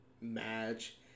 match